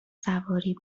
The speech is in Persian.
سواری